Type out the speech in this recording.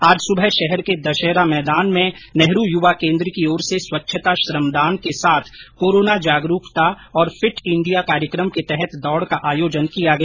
आज सुबह शहर के दशहरा मैदान में नेहरू युवा केन्द्र की ओर से स्वच्छता श्रमदान के साथ कोरोना जागरूकता और फिट इंडिया कार्यक्रम के तहत दौड़ का आयोजन किया गया